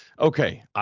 okay